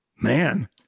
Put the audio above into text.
man